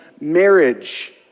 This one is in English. marriage